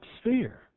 sphere